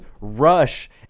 rush